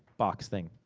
box thing?